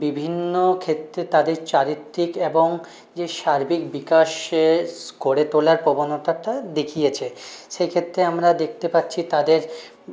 বিভিন্ন ক্ষেত্রে তাদের চারিত্রিক এবং যে সার্বিক বিকাশেষ করে তোলার প্রবণতাটা দেখিয়েছে সেই ক্ষেত্রে আমরা দেখতে পাচ্ছি তাদের